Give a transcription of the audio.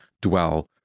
dwell